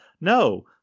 No